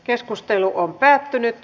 keskustelu päättyi